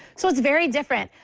so is very different.